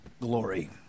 glory